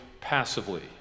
passively